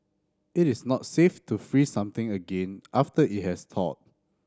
it is not safe to freeze something again after it has thawed